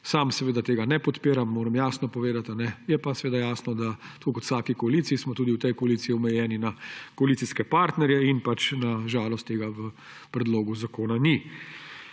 sam tega ne podpiram, moram jasno povedati, je pa seveda jasno, da tako kot v vsaki koaliciji smo tudi v tej koaliciji omejeni na koalicijske partnerje; in na žalost tega v predlogu zakona ni.